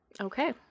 Okay